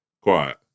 quiet